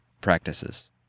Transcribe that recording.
practices